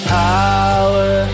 power